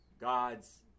God's